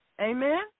amen